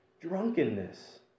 drunkenness